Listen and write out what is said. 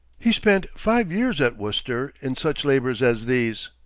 he spent five years at worcester in such labors as these.